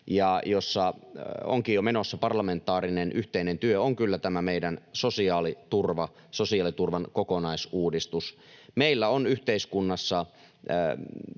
missä onkin jo menossa parlamentaarinen yhteinen työ, on kyllä tämä meidän sosiaaliturvan kokonaisuudistus. Meillä on yhteiskunnassa